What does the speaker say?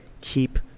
keep